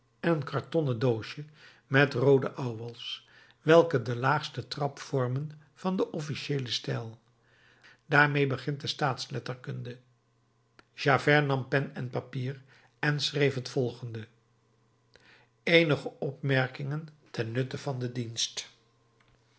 en een kartonnen doosje met roode ouwels welke den laagsten trap vormen van den officiëelen stijl daarmee begint de staatsletterkunde javert nam pen en papier en schreef het volgende eenige opmerkingen ten nutte van den dienst